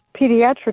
pediatric